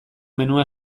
menua